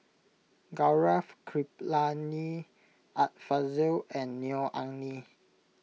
Gaurav Kripalani Art Fazil and Neo Anngee